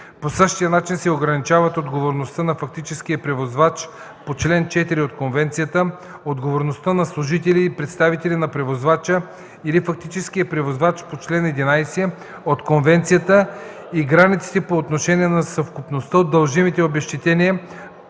По същия начин се ограничават отговорността на фактическия превозвач по член 4 от конвенцията, отговорността на служители и представители на превозвача или фактическия превозвач по член 11 от конвенцията и границите по отношение на съвкупността от дължимите обезщетения